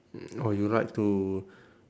or you like to